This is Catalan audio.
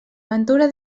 ventura